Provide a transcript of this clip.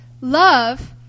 love